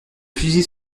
fusil